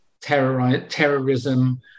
terrorism